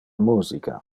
musica